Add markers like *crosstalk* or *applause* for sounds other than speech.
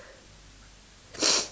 *noise*